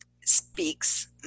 speaks